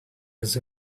his